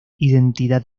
identidad